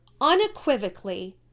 unequivocally